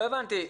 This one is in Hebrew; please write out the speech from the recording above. לא הבנתי.